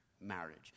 marriage